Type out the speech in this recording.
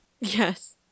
Yes